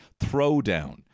Throwdown